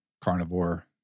carnivore